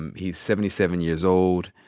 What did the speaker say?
and he's seventy seven years old.